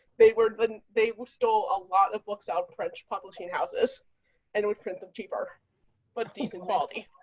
they were but and they were still a lot of books out french publishing houses and would print them cheaper but decent quality.